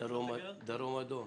"דרום אדום".